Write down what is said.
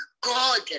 God